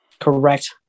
correct